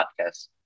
podcast